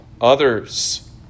others